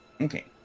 Okay